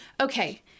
okay